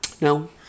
No